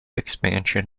expansion